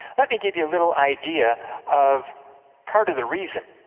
let me give you a little idea of part of the reason.